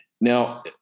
now